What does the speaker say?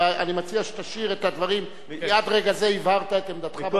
אני מציע שתשאיר את הדברים כי עד רגע זה הבהרת את עמדתך בצורה ברורה.